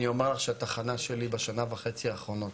אני אומר לך שהתחנה שלי בשנה וחצי האחרונות,